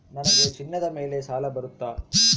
ನನಗೆ ಚಿನ್ನದ ಮೇಲೆ ಸಾಲ ಬರುತ್ತಾ?